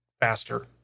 faster